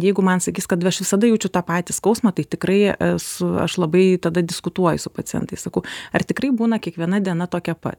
jeigu man sakys kad aš visada jaučiu tą patį skausmą tai tikrai esu aš labai tada diskutuoju su pacientais sakau ar tikrai būna kiekviena diena tokia pat